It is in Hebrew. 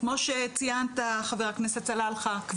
כמו שציינת, חבר הכנסת סלאלחה, כבישים,